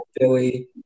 Philly